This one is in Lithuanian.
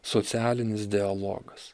socialinis dialogas